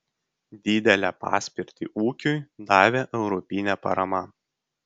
didelę paspirtį ūkiui davė europinė parama